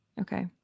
Okay